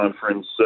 conference